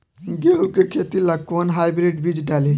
गेहूं के खेती ला कोवन हाइब्रिड बीज डाली?